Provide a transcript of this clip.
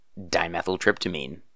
dimethyltryptamine